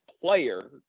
player